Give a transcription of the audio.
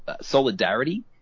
solidarity